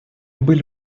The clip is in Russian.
были